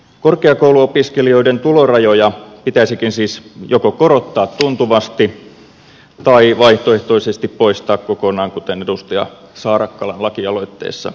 korkeakouluopiskelijoiden tulorajoja pitäisikin siis joko korottaa tuntuvasti tai vaihtoehtoisesti poistaa kokonaan kuten edustaja saarakkalan lakialoitteessa ansiokkaasti esitetään